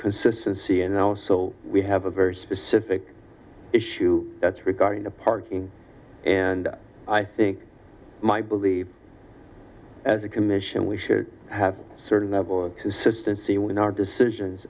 consistency and also we have a very specific issue that's regarding the parking and i think my believe as a commission we should have a certain level of systems see when our decisions